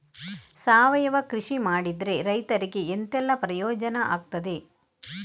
ಸಾವಯವ ಕೃಷಿ ಮಾಡಿದ್ರೆ ರೈತರಿಗೆ ಎಂತೆಲ್ಲ ಪ್ರಯೋಜನ ಆಗ್ತದೆ?